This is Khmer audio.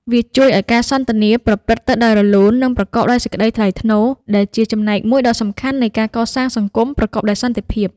វាជួយឱ្យការសន្ទនាប្រព្រឹត្តទៅដោយរលូន និងប្រកបដោយសេចក្តីថ្លៃថ្នូរ ដែលជាចំណែកមួយដ៏សំខាន់នៃការកសាងសង្គមប្រកបដោយសន្តិភាព។